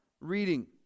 reading